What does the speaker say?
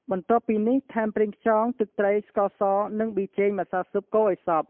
បន្ទាប់់ពីនេះ ថែមប្រេងខ្យង ទឹកត្រី ស្ករស និងប៊ីចេង ម្សៅស៊ុប កូរឱ្យសព្វ។